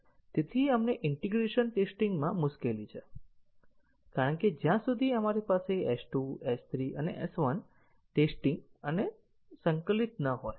આપણને integration testing માં મુશ્કેલી છે કારણ કે જ્યાં સુધી આપણી પાસે S2 S3 અને S1 ટેસ્ટીંગ અને સંકલિત ન હોય